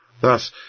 thus